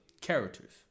characters